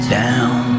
down